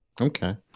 Okay